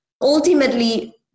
Ultimately